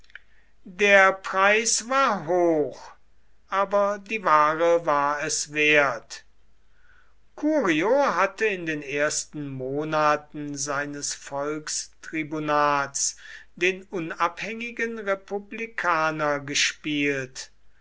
der preis war hoch aber die ware war es wert curio hatte in den ersten monaten seines volkstribunats den unabhängigen republikaner gespielt